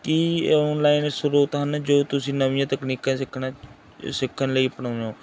ਕੀ online ਸਰੋਤ ਹਨ ਜੋ ਤੁਸੀਂ ਨਵੀਆਂ ਤਕਨੀਕਾਂ ਸਿੱਖਣਾ ਸਿੱਖਣ ਲਈ ਅਪਣਾਉਂਦੇ ਹੋ